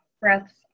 breaths